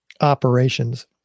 operations